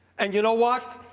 and you know what?